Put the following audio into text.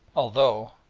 although,